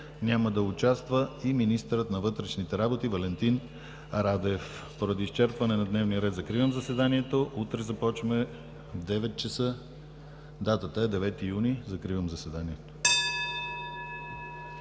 няма да участва и министърът на вътрешните работи Валентин Радев. Поради изчерпване на дневния ред закривам заседанието. Утре започваме в 9,00 ч. (Звъни.) (Закрито